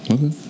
Okay